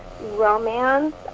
romance